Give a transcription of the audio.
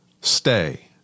Stay